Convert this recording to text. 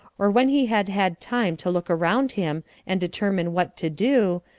or when he had had time to look around him and determine what to do,